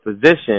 position